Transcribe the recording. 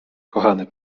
kochany